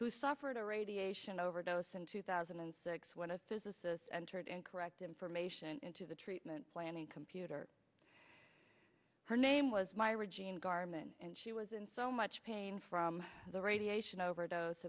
who suffered a radiation overdose in two thousand and six when a physicist entered incorrect information into the treatment planning computer her name was my regina garment and she was in so much pain from the radiation overdose